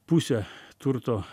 pusę turto